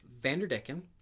Vanderdecken